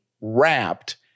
wrapped